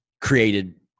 created